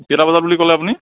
কেইটা বজাত বুলি ক'লে আপুনি